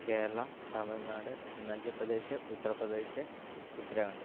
Kerala Tamil Nadu Arunachal Pradesh Uttar Pradesh Uttarakhand